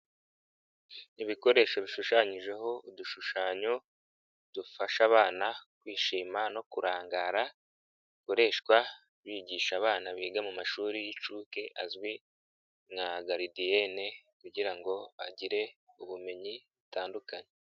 Ibikoresho bishushanyijeho udushushanyo dufasha abana kwishima no kurangara, bikoreshwa bigisha abana biga mu mashuri y'inshuke azwi nka garidiyene kugira ngo agire ubumenyi butandukanye.